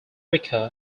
rico